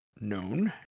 known